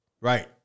Right